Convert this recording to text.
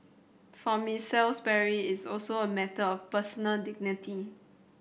for Miss Salisbury it's also a matter of personal dignity